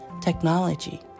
technology